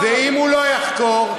ואם הוא לא יחקור,